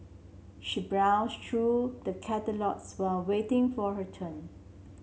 she browsed through the catalogues while waiting for her turn